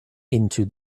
into